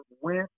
went